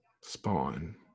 spawn